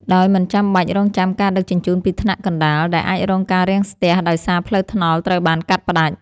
ដោយមិនចាំបាច់រង់ចាំការដឹកជញ្ជូនពីថ្នាក់កណ្តាល ដែលអាចរងការរាំងស្ទះដោយសារផ្លូវថ្នល់ត្រូវបានកាត់ផ្តាច់។